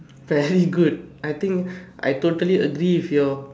very good I think I totally agree with your